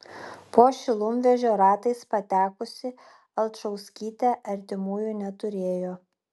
po šilumvežio ratais patekusi alčauskytė artimųjų neturėjo